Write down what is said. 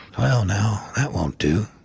well now, that won't do.